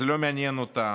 זה לא מעניין אותם.